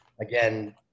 Again